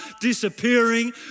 disappearing